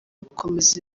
gukomeza